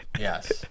yes